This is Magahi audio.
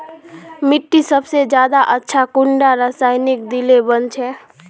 मिट्टी सबसे ज्यादा अच्छा कुंडा रासायनिक दिले बन छै?